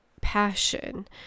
passion